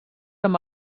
amb